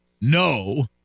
no